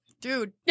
dude